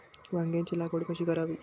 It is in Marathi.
वांग्यांची लागवड कशी करावी?